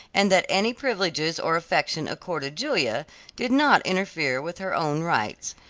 and that any privileges or affection accorded julia did not interfere with her own rights.